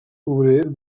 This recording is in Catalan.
obrer